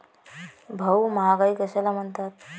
भाऊ, महागाई कशाला म्हणतात?